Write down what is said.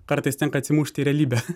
kartais tenka atsimušti į realybę